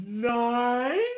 Nine